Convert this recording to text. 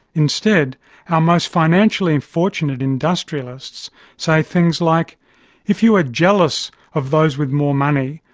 instead our most financially and fortunate industrialists say things like if you are jealous of those with more money,